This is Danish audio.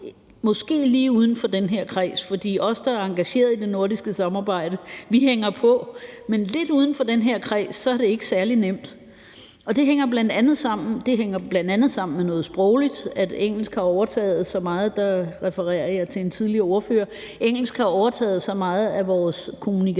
vi lige uden for den her kreds, for os, der er engageret i det nordiske samarbejde, hænger på, men lige uden for den her kreds er det ikke særlig nemt. Det hænger bl.a. sammen med noget sprogligt, nemlig at engelsk har overtaget så meget. Der refererer